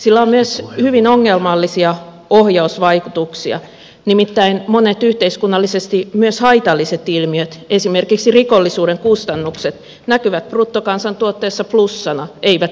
sillä on myös hyvin ongelmallisia ohjausvaikutuksia nimittäin monet yhteiskunnallisesti myös haitalliset ilmiöt esimerkiksi rikollisuuden kustannukset näkyvät bruttokansantuotteessa plussana eivät suinkaan miinuksena